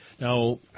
Now